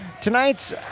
Tonight's